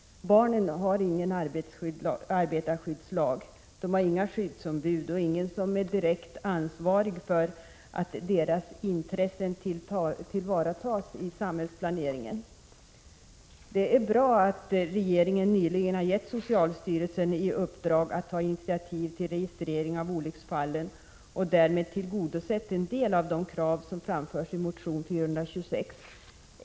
Barnen har ingen arbetarskyddslag, de har inga skyddsombud och ingen som är direkt ansvarig för att deras intressen tillvaratas i samhällsplaneringen. Det är bra att regeringen nyligen har gett socialstyrelsen i uppdrag att ta initiativ till registrering av olycksfallen och därmed tillgodosett en del av de krav som framförts i motion 426.